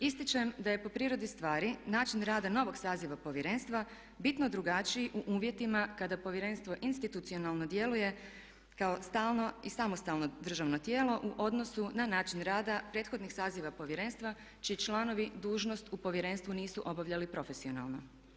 Ističem da je po prirodi stvari način rada novog saziva Povjerenstva bitno drugačiji u uvjetima kada Povjerenstvo institucionalno djeluje kao stalno i samostalno državno tijelo u odnosu na način rada prethodnih saziva Povjerenstva čiji članovi dužnost u Povjerenstvu nisu obavljali profesionalno.